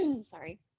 sorry